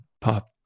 pop